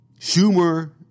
Schumer